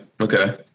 Okay